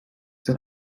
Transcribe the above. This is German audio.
den